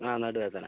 അ നടുവേദന